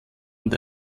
und